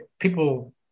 people